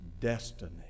destiny